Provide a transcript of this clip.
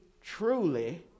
truly